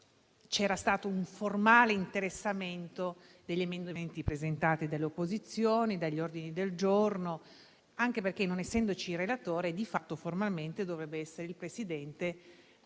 che vi sia un formale interessamento agli emendamenti presentati dalle opposizioni o agli ordini del giorno, anche perché, non essendoci il relatore, di fatto formalmente dovrebbe essere presente